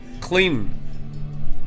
Clean